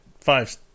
five